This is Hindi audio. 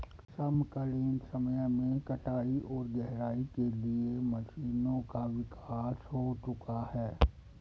समकालीन समय में कटाई और गहराई के लिए मशीनों का विकास हो चुका है